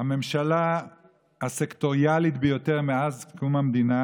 הממשלה הסקטוריאלית ביותר מאז קום המדינה